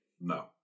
No